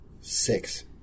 Six